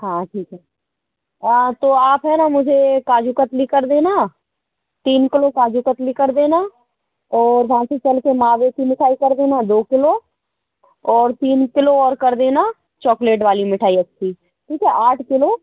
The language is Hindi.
हाँ ठीक है तो आप है ना मुझे काजू कतली कर देना तीन किलो काजू कतली कर देना और बाकि चल के मावे की मिठाई कर देना दो किलो और तीन किलो और कर देना चोकलेट वाली मिठाई अच्छा ठीक है आठ किलो